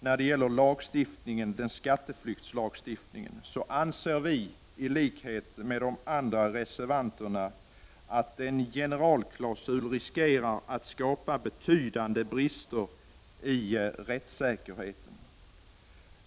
När det slutligen gäller skattepliktslagstiftningen anser vi, i likhet med de andra reservanterna, att man med en generalklausul riskerar att skapa betydande brister i rättssäkerheten.